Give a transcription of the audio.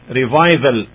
revival